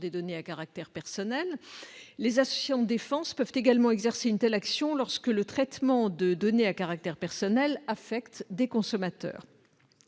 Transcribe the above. des données à caractère personnel. Les associations de défense peuvent également exercer une telle action lorsque le traitement de données à caractère personnel affecte des consommateurs.